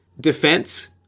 defense